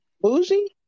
Bougie